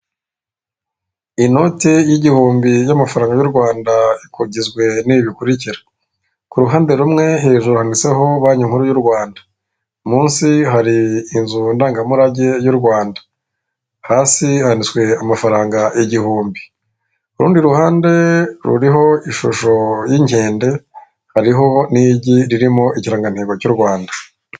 Inote y' igihumbi y'amafaranga y'u Rwanda igizwe n'ibi bikurikira: ku ruhande rumwe hejuru haditseho banki nkuru y'u Rwanda. Munsi hari inzu ndangamurage y'u Rwanda. Hasi handitswe amafaranga igihumbi. Urundi ruhande ruriho ishusho y'ingendo hariho n'igi ririmo ikirangantego cy'u Rwanda.